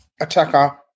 attacker